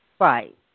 Right